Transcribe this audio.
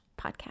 podcast